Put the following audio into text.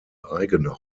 eigene